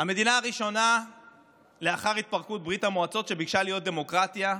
המדינה הראשונה לאחר התפרקות ברית המועצות שביקשה להיות דמוקרטיה,